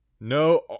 No